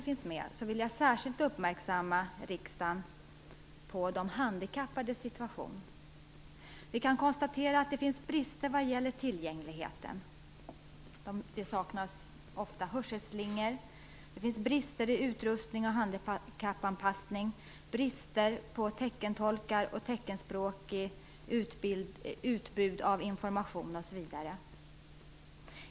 finns med vill jag särskilt uppmärksamma riksdagen på de handikappades situation. Vi kan konstatera att det finns brister när det gäller tillgänglighet. Det saknas ofta hörselslingor. Det finns brister i utrustning och handikappanpassning, brister på teckentolkar och teckenspråkigt utbud av information osv.